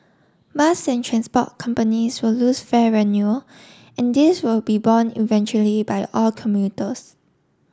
bus and transport companies will lose fare revenue and this will be borne eventually by all commuters